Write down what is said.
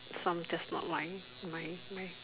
from that's not why my my